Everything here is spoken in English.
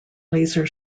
laser